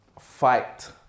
fight